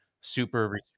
super